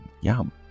Yum